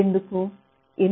ఎందుకు